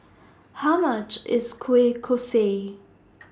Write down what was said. How much IS Kueh Kosui